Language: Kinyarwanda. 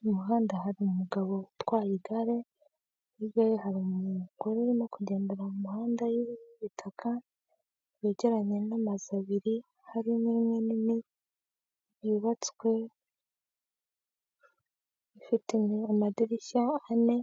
Mu muhanda hari umugabo utwaye igare, hirya ye hari umugore urimo kugenderera mu muhanda y'ibutaka yegeranye n'amazu abiri, harimo imwe nini yubatswe, ifite amadirishya ane